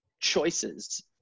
choices